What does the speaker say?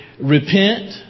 repent